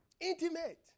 Intimate